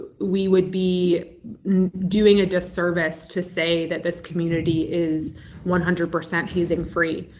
we would be doing a disservice to say that this community is one hundred percent hazing free.